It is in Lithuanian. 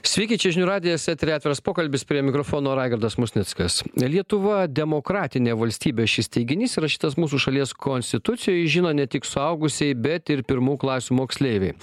sveiki čia žinių radijas eteryje atviras pokalbis prie mikrofono raigardas musnickas lietuva demokratinė valstybė šis teiginys įrašytas mūsų šalies konstitucijoj jį žino ne tik suaugusieji bet ir pirmų klasių moksleiviai